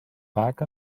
back